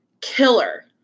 killer